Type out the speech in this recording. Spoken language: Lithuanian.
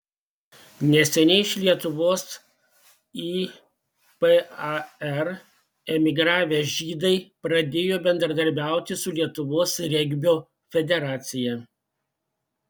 neseniai iš lietuvos į par emigravę žydai pradėjo bendradarbiauti su lietuvos regbio federacija